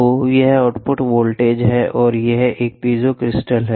तो यह output voltage है और यह एक पीजो क्रिस्टल है